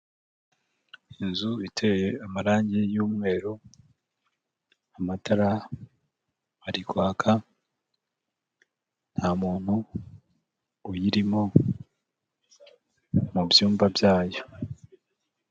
Inzu iteye amarangi y'umweru, amatara ari kwaka, nta muntu uyirimo mu byumba byayo.